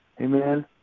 amen